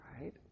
right